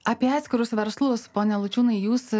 apie atskirus verslus pone laučiūnai jūs